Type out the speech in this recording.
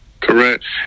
Correct